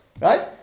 Right